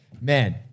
Man